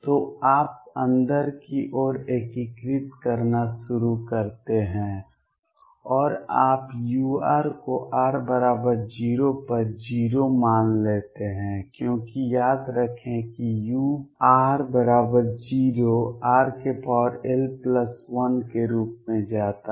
तो आप अंदर की ओर एकीकृत करना शुरू करते हैं और आप u को r 0 पर 0 मान लेते हैं क्योंकि याद रखें कि u r 0 rl1 के रूप में जाता है